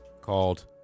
called